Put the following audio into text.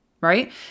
Right